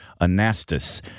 Anastas